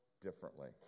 differently